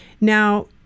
Now